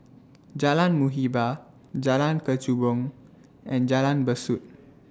Jalan Muhibbah Jalan Kechubong and Jalan Besut